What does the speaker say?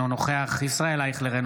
אינו נוכח ישראל אייכלר,